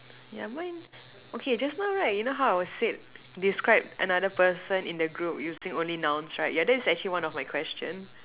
yeah mine okay just now right you know how I was said describe another person in the group using only nouns right yeah that's actually one of my questions